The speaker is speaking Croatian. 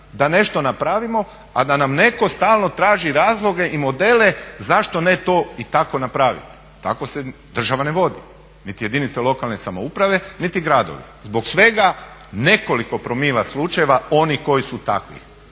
da nešto napravimo, a da nam netko stalno traži razloge i modele zašto ne to i tako napravit. Tako se država ne vodi niti jedinica lokalne samouprave niti gradovi, zbog svega nekoliko promila slučajeva onih koji su takvi